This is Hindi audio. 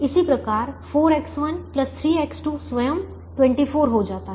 इसी प्रकार 4X1 3X2 स्वयं 24 हो जाता है